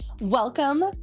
Welcome